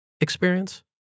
experience